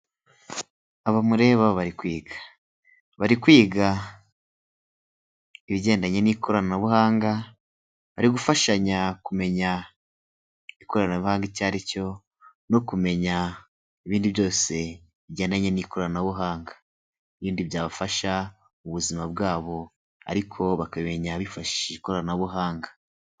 Abamureba bari kwiga, bari kwiga ibigendanye n'ikoranabuhanga, bari gufashanya kumenya ikoranabuhanga icyo ari cyo, no kumenya ibindi byose bigendanye n'ikoranabuhanga, ibindi byafasha ubuzima bwabo ariko bakabimenya bifashishije ikoranabuhanga.